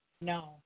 No